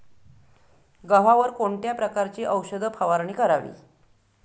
गव्हावर कोणत्या प्रकारची औषध फवारणी करावी?